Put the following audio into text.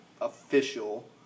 official